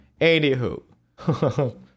Anywho